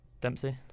Dempsey